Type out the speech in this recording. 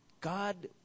God